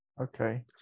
Okay